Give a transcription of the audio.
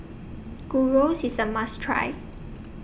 Gyros IS A must Try